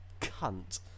cunt